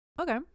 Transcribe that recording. okay